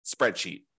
spreadsheet